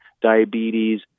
diabetes